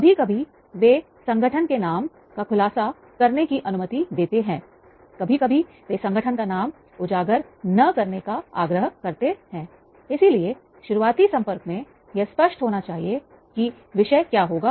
कभी कभी वे संगठन के नाम का खुलासा करने की अनुमति देते हैं कभी कभी वे संगठन का नाम उजागर न करने का आग्रह करते हैं इसीलिए शुरुआती संपर्क में यह स्पष्ट होनी चाहिए कि विषय क्या होगा